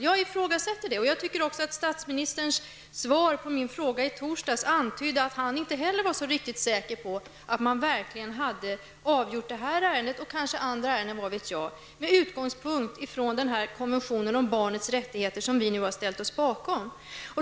Jag ifrågasätter det. Jag tycker också att statsministerns svar på min fråga i torsdags antydde att han inte heller var riktigt säker på att man verkligen hade gjort detta i det här fallet, och kanske även i andra ärenden, med utgångspunkt i konventionen om barnens rättigheter, som vi alltså ställt oss bakom.